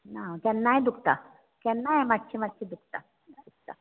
ना केन्नाय दुखता केन्नाय मात्शें मात्शें दुखता दुखता